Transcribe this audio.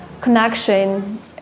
connection